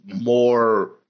more